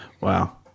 Wow